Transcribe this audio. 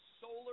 solar